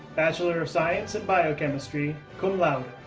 bachelor of science in biochemistry, cum laude.